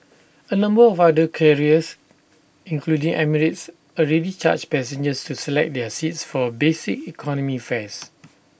A number of other carriers including emirates already charge passengers to select their seats for basic economy fares